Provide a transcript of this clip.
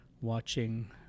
watching